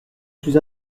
suis